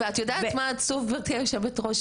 ואת יודעת מה עצוב, גברתי יושבת הראש?